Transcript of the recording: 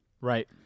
Right